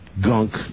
gunk